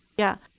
yeah,